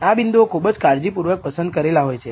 આ બિંદુઓ ખુબજ કાળજીપૂર્વક પસંદ કરેલા હોય છે